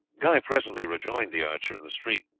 guy presently rejoined the archer in the street.